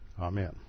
Amen